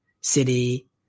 City